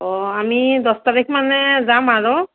অ' আমি দহ তাৰিখ মানে যাম আৰু